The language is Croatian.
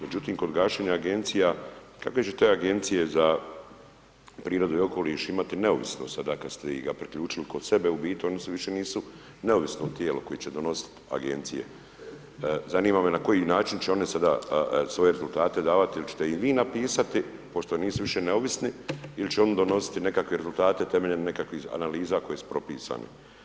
Međutim, kod gašenja Agencija, kakve će te Agencije za prirodu i okoliš imati neovisnost sada kad ste ih, ga priključili kod sebe, u biti oni više nisu neovisno tijelo koje će donositi, Agencije, zanima me na koji način će one sada svoje rezultate davati ili ćete ih vi napisati, pošto nisu više neovisni ili će oni donositi nekakve rezultate temeljem nekakvih analiza koje su propisane.